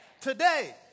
Today